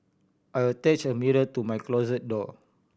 I attach a mirror to my closet door